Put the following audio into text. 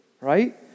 right